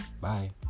Bye